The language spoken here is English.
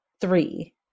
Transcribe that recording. three